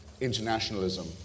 internationalism